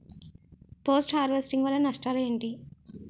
Post harvesting వల్ల నష్టాలు ఏంటి?